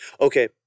Okay